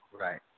Right